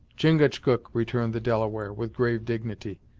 chingachgook, returned the delaware with grave dignity.